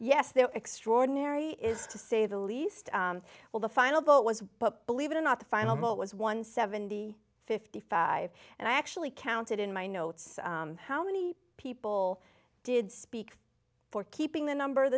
the extraordinary is to say the least well the final vote was but believe it or not the final most was one seventy fifty five and i actually counted in my notes how many people did speak for keeping the number of